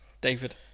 David